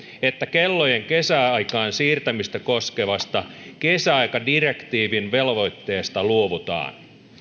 että kellojen kesäaikaan siirtämistä koskevasta kesäaikadirektiivin velvoitteesta luovutaan